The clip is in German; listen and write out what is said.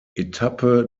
etappe